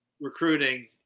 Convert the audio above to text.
recruiting